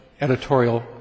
editorial